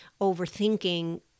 overthinking